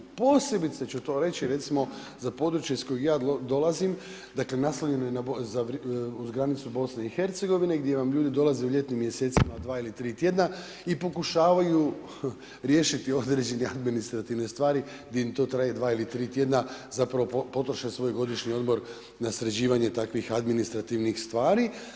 Posebice ću to reći recimo za područje iz kojeg ja dolazim, dakle naslonjeno je uz granicu BiH-a, gdje vam ljudi dolaze u ljetnim mjesecima od 2 ili 3 tj. i pokušavaju riješiti određene administrativne stvari gdje im to traje 2 ili 3 tjedna, zapravo potroše svoj godišnji odmor na sređivanje takvih administrativnih stvari.